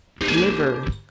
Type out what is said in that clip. liver